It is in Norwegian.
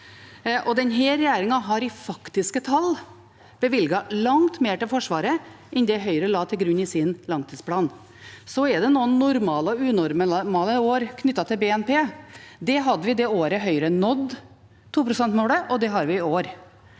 Denne regjeringen har i faktiske tall bevilget langt mer til Forsvaret enn det Høyre la til grunn i sin langtidsplan. Så er det noen normale og noen unormale år knyttet til BNP. Det hadde vi det året Høyre nådde 2prosentmålet, og det har vi i år.